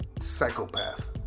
Psychopath